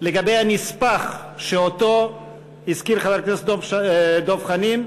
הנספח שהזכיר חבר הכנסת דב חנין,